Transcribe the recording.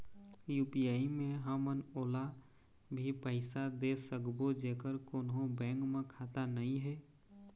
UPI मे हमन ओला भी पैसा दे सकबो जेकर कोन्हो बैंक म खाता नई हे?